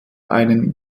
einen